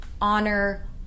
honor